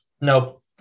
Nope